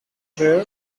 trio